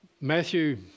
Matthew